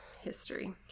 history